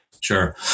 Sure